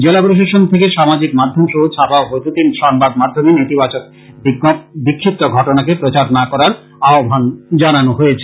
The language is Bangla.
জেলা প্রশাসন থেকে সামাজিক মাধ্যম সহ ছাপা ও বৈদ্যতিন সংবাদ মাধ্যমে নেতিবাচক বিক্ষিপ্ত ঘটনাকে প্রচার না করতে আবেদন জানানো হয়েছে